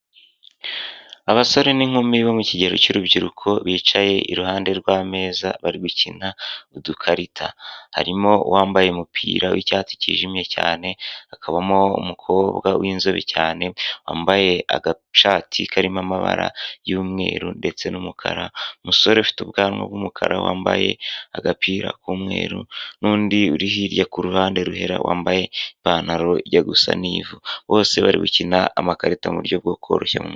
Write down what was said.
abasore n'inkumi bo mu kigero cy'urubyiruko, bicaye iruhande rw'ameza, bari gukina udukarita, harimo uwambaye umupira w'icyatsi cyijimye cyane, hakabamo umukobwa w'inzobe cyane, wambaye agashati karimo amabara y'umweru ndetse n'umukara, umusore ufite ubwanwa bw'umukara, wambaye agapira k'umweru n'undi uri hirya ku ruhande ruhera, wambaye ipantaro jya gusa n'ivu, bose bari gukina amakarita mu buryo bwo koroshya